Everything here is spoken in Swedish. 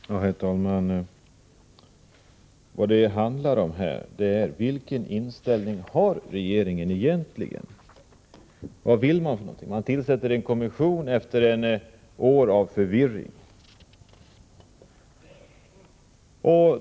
Herr talman! Vad det handlar om här är vilken inställning regeringen har. Vad vill man egentligen? Man tillsätter en kommission, efter år av förvirring.